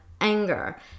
anger